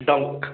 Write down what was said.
dunk